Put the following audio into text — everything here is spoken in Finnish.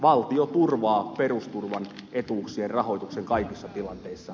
valtio turvaa perusturvan etuuksien rahoituksen kaikissa tilanteissa